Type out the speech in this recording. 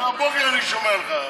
מהבוקר אני שומע אותך בעניין.